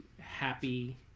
happy